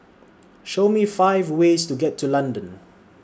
Show Me five ways to get to London